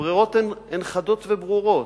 הברירות הן חדות וברורות.